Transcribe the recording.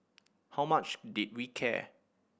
how much did we care